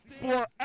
Forever